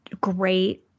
great